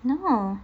no